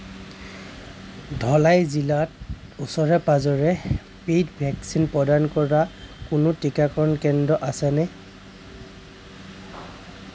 ধলাই জিলাত ওচৰে পাঁজৰে পেইড ভেকচিন প্ৰদান কৰা কোনো টীকাকৰণ কেন্দ্ৰ আছেনে